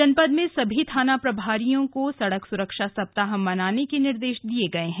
जनपद में सभी थाना प्रभारियों को सड़क सुरक्षा सप्ताह मनाने के निर्देश दिये गए हैं